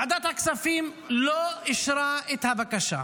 ועדת הכספים לא אישרה את הבקשה.